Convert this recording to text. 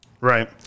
Right